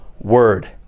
word